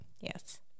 yes